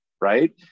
right